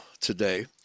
today